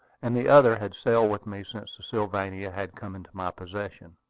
and the other had sailed with me since the sylvania had come into my possession.